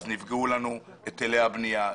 נפגעו לנו היטלי הבנייה,